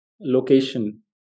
location